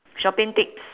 shopping tips